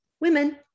women